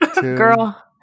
Girl